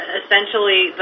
essentially